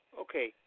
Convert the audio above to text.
Okay